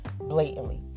blatantly